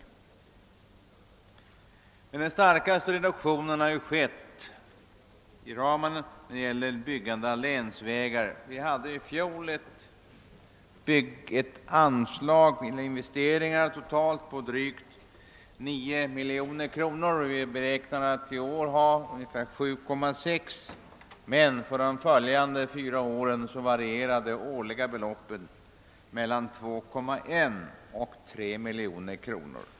Den starkaste reduktionen i ramen har skett när det gäller byggandet av länsvägar. Vi hade i fjol ett investeringsanslag på totalt drygt 9 miljoner kronor. Vi räknar med att i år ha ungefär 7,6 miljoner kronor, men för de följande 4 åren varierar de årliga beloppen mellan 2,1 miljoner och 3 miljoner kronor.